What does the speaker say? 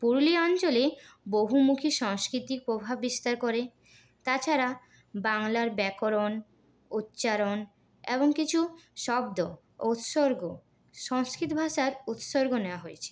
পুরুলিয়া অঞ্চলে বহুমুখী সংস্কৃতির প্রভাব বিস্তার করে তাছাড়া বাংলার ব্যকরণ উচ্চারণ এমন কিছু শব্দ উৎসর্গ সংস্কৃত ভাষায় উৎসর্গ নেওয়া হয়েছে